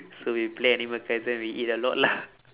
so we play animal kaiser and we eat a lot lah